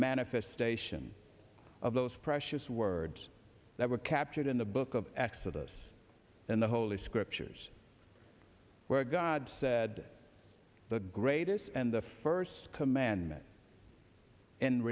manifestation of those precious words that were captured in the book of exodus in the holy scriptures where god said the greatest and the first command